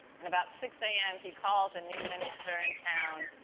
and, about six am, he calls a new minister in town,